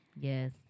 Yes